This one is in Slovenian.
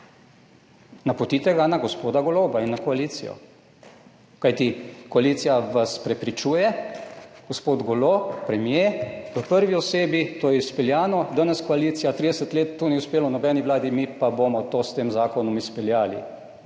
napotite ga na gospoda Goloba in na koalicijo. Kajti koalicija vas prepričuje, gospod Golob, premier v prvi osebi, to je izpeljano. Danes koalicija: 30 let to ni uspelo nobeni vladi, mi pa bomo to s tem zakonom izpeljali.